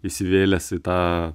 įsivėlęs į tą